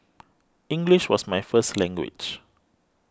English was my first language